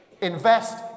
invest